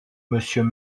monsieur